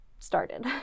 started